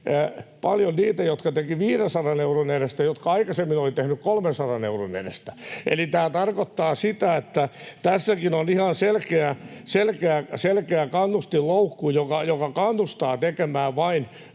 paljon niitä, jotka tekivät 500 euron edestä ja jotka aikaisemmin olivat tehneet 300 euron edestä. Eli tämä tarkoittaa sitä, että tässäkin on ihan selkeä kannustinloukku, joka kannustaa tekemään vain